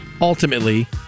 Ultimately